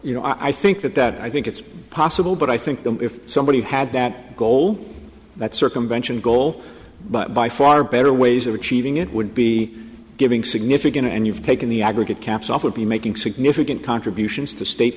you know i think that that i think it's possible but i think if somebody had that goal that circumvention goal but by far better ways of achieving it would be giving significant and you've taken the aggregate caps off would be making significant contributions to state